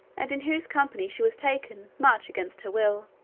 and in whose company she was taken, much against her will.